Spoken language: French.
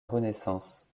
renaissance